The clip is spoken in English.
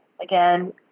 again